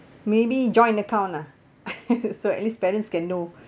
maybe joint account ah so at least parents can know